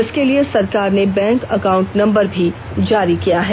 इसके लिए सरकार ने बैंक अकाउंट नम्बर भी जारी किया है